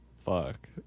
fuck